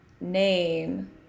name